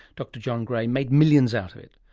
dr john gray made millions out of it.